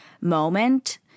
moment